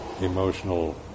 emotional